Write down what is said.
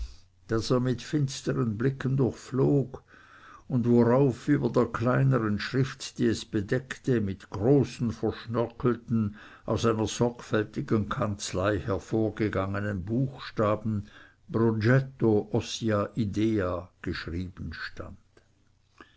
er mit finstern blicken durchflog und worauf über der kleinern schrift die es bedeckte mit großen verschnörkelten aus einer sorgfältigen kanzlei hervorgegangenen buchstaben progetto ossia idea geschrieben stand